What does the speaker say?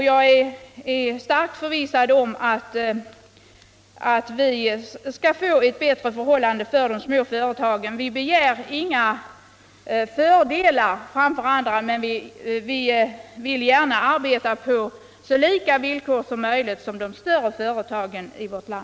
Jag är starkt förvissad om att vi skall få bättre förhållanden för de små företagen. Vi småföretagare begär inga speciella fördelar, men vi vill så långt möjligt arbeta på samma villkor som storföretagen.